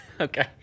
Okay